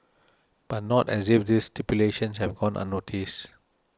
but not as if this stipulations have gone unnoticed